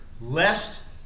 lest